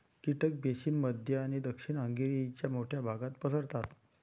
कीटक बेसिन मध्य आणि दक्षिण हंगेरीच्या मोठ्या भागात पसरतात